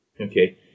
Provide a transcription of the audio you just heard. okay